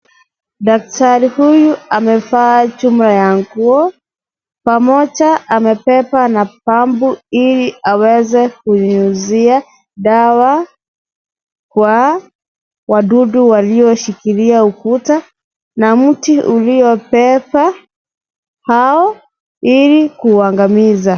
Daktari huyu amevaa chuma ya nguo, pamoja amebeba na pampu ili aweze kunyunyuzia dawa kwa wadudu walioshikilia ukuta na mti uliobeba hao, ili kuwaangamiza.